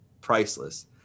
priceless